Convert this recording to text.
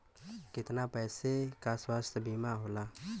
कितना पैसे का स्वास्थ्य बीमा होला?